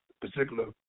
particular